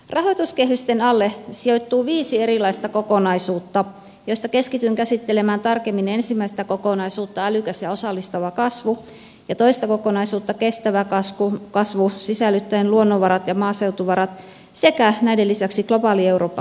rahoituskehysten alle sijoittuu viisi erilaista kokonaisuutta joista keskityn käsittelemään tarkemmin ensimmäistä kokonaisuutta älykäs ja osallistava kasvu ja toista kokonaisuutta kestävä kasvu sisällyttäen luonnonvarat ja maaseutuvarat sekä näiden lisäksi globaali eurooppa kokonaisuutta